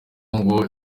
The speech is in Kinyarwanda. ngo